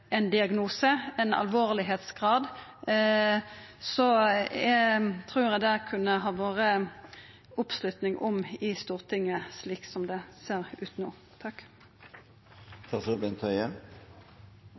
ein diagnose, ut frå graden av alvor, trur eg det kunne vore oppslutnad om i Stortinget – slik det ser ut